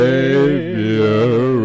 Savior